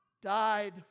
died